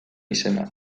izena